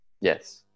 yes